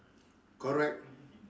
correct